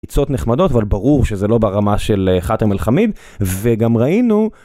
יוצאות נחמדות אבל ברור שזה לא ברמה של חאתם אלחמיד וגם ראינו.